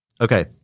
Okay